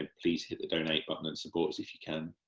ah please hit the donate button and support us if you can,